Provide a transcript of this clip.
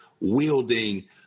wielding